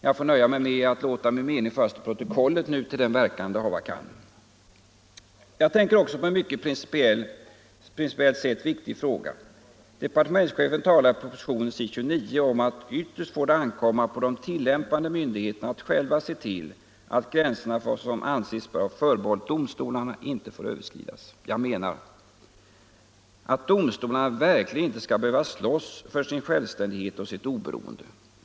Jag får nu nöja mig med att låta min mening föras till protokollet, till den verkan det hava kan. Jag tänker också på en — principiellt sett — mycket viktig fråga. På s. 29 i propositionen talar departementschefen om att ytterst får det ankomma på de tillämpande myndigheterna att själva se till att gränserna för vad som anses böra vara förbehållet domstolarna inte överskrids. Jag menar att domstolarna verkligen inte skall behöva slåss för sin självständighet och sitt oberoende.